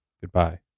Goodbye